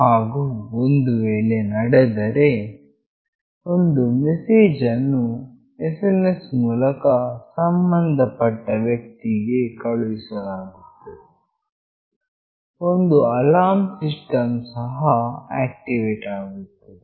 ಹಾಗು ಒಂದು ವೇಳೆ ನಡೆದರೆ ಒಂದು ಮೆಸೇಜ್ ಅನ್ನು SMS ಮೂಲಕ ಸಂಬಂಧಪಟ್ಟ ವ್ಯಕ್ತಿಗೆ ಕಳುಹಿಸಲಾಗುತ್ತದೆ ಒಂದು ಅಲಾರ್ಮ್ ಸಿಸ್ಟಮ್ ಸಹ ಆಕ್ಟಿವೇಟ್ ಆಗುತ್ತದೆ